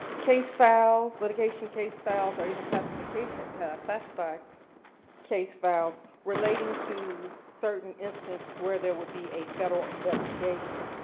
case files, litigation case files or even classified case and classified case files relating to certain instances where there would be a federal investigation.